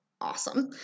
awesome